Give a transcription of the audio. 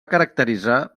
caracteritzar